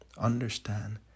understand